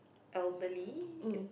elderly and